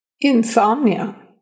insomnia